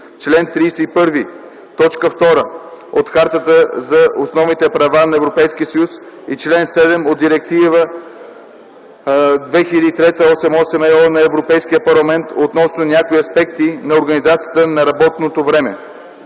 чл. 31, т. 2 от Хартата за основните права на Европейския съюз и чл. 7 от Директива 2003/88/ЕО на Европейския парламент относно някои аспекти на организацията на работното време.